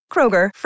Kroger